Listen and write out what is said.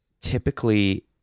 typically